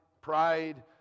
pride